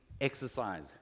exercise